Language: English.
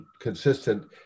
consistent